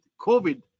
COVID